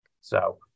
So-